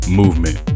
movement